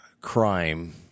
crime